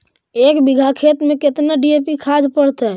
एक बिघा खेत में केतना डी.ए.पी खाद पड़तै?